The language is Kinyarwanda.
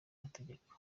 mategeko